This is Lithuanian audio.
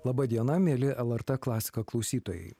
laba diena mieli lrt klasika klausytojai